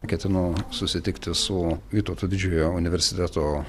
ketinu susitikti su vytauto didžiojo universiteto